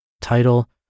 title